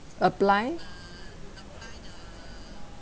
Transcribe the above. apply